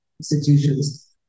institutions